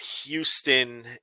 Houston